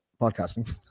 podcasting